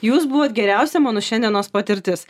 jūs buvot geriausia mano šiandienos patirtis